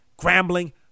grambling